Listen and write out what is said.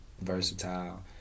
versatile